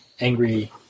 angry